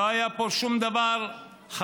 לא היה פה שום דבר חדש.